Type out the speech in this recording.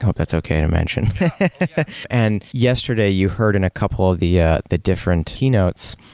hope that's okay to mention. and yesterday you heard in a couple of the ah the different keynotes,